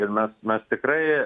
ir mes mes tikrai